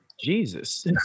Jesus